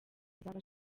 azaba